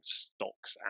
stocks